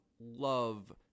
love